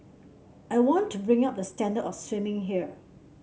I want to bring up the standard of swimming here